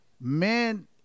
men